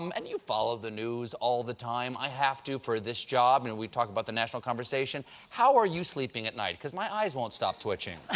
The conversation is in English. um and you follow the news all the the time. i have to for this job. and we talk about the national conversation. how are you sleeping at night? because my eyes won't stop twitching. i